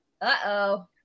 Uh-oh